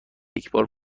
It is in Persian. یکبار